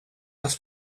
must